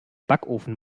backofen